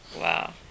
Wow